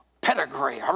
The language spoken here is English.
pedigree